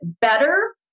better